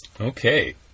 Okay